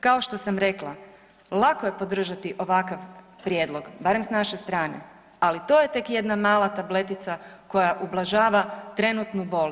Kao što sam rekla, lako je podržati ovakav prijedlog, barem s naše strane, ali to je tek jedna mala tabletica koja ublažava trenutnu bol.